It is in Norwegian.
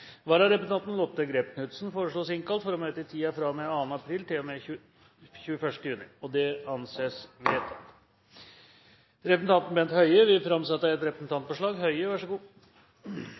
Vararepresentanten Lotte Grepp Knutsen innkalles for å møte i permisjonstiden, fra 2. april til og med 21. juni. Representanten Bent Høie vil framsette et representantforslag.